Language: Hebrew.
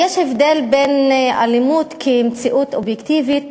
יש הבדל בין אלימות כמציאות אובייקטיבית